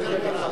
פלֶסנר.